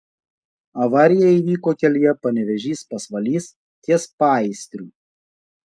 avarija įvyko kelyje panevėžys pasvalys ties paįstriu